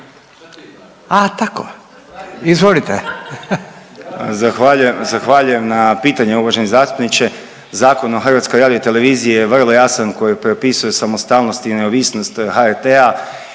A tako, izvolite.